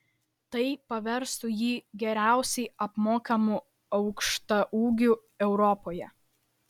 tai paverstų jį geriausiai apmokamu aukštaūgiu europoje